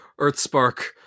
Earthspark